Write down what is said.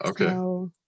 Okay